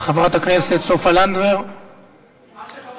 חברת הכנסת סופה לנדבר, סלח לי,